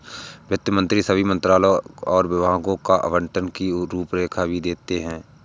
वित्त मंत्री सभी मंत्रालयों और विभागों को आवंटन की रूपरेखा भी देते हैं